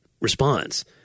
response